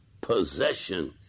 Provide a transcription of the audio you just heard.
possession